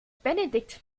benedikt